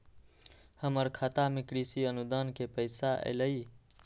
हमर खाता में कृषि अनुदान के पैसा अलई?